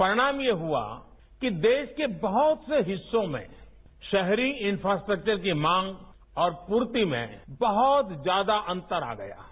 परिणाम यह हुआ कि देश के बहुत से हिस्सों में शहरी इंफ्रास्ट्रक्चर के मांग और प्रर्ति में बहुत ज्यादा अंतर आ गया है